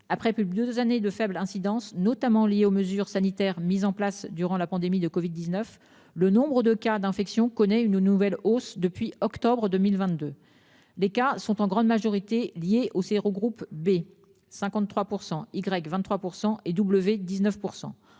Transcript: après plus des années de faible incidence notamment liées aux mesures sanitaires mises en place durant la pandémie de Covid-19, le nombre de cas d'infections connaît une nouvelle hausse depuis octobre 2022. Les cas sont en grande majorité liés au sérogroupe B 53% Y. 23% et W 19%